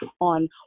on